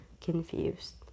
confused